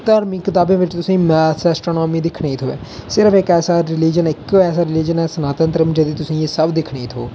धर्म दी किताबें च मैथ ऐस्ट्रानामी दिक्खने गी थ्होऐ सिर्फ इक ऐसा रिलिजन इक्को ऐसा रिलिजन ऐ सनातन धर्म जेहदे च तुसें गी एह् सब दिक्खने गी थ्होग